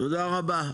תודה רבה.